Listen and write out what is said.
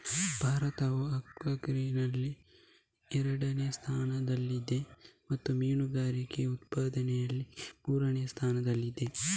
ಭಾರತವು ಅಕ್ವಾಕಲ್ಚರಿನಲ್ಲಿ ಎರಡನೇ ಸ್ಥಾನದಲ್ಲಿದೆ ಮತ್ತು ಮೀನುಗಾರಿಕೆ ಉತ್ಪಾದನೆಯಲ್ಲಿ ಮೂರನೇ ಸ್ಥಾನದಲ್ಲಿದೆ